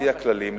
לפי הכללים,